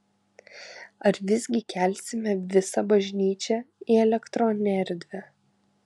ar visgi kelsime visą bažnyčią į elektroninę erdvę